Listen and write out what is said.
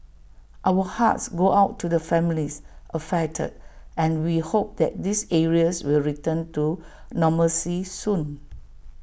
our hearts go out to the families affected and we hope that these areas will return to normalcy soon